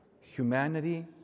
humanity